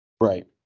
Right